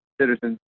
citizens